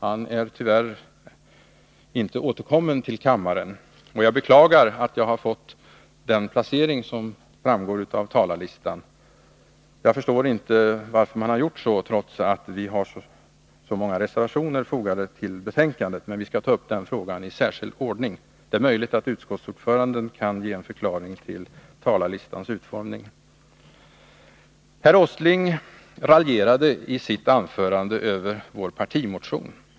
Han är tyvärr inte återkommen till kammaren, och jag beklagar att jag har fått den placering i turordningen som framgår av talarlistan. Jag förstår inte att man har gjort så, trots att vi har så många reservationer fogade till betänkandet. Vi skall emellertid ta upp den frågan i särskild ordning. Det är möjligt att utskottsordföranden kan ge en förklaring till talarlistans utformning. Herr Åsling raljerade i sitt anförande över vår partimotion.